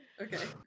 Okay